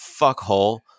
Fuckhole